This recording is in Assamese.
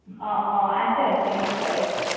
অ অ আছে আছে নিশ্চয় আছে